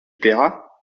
plaira